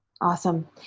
Awesome